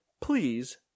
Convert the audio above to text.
Please